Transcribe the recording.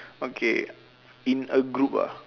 okay in a group ah